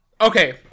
Okay